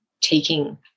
taking